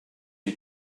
you